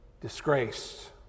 disgraced